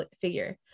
figure